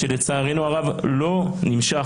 שלצערנו הרב לא נמשך,